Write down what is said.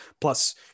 Plus